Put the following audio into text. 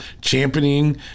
championing